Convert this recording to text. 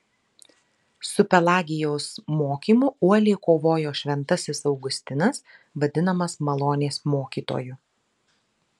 su pelagijaus mokymu uoliai kovojo šventasis augustinas vadinamas malonės mokytoju